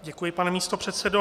Děkuji, pane místopředsedo.